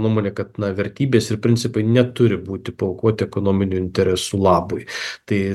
nuomonė kad vertybės ir principai neturi būti paaukoti ekonominių interesų labui tai